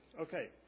Okay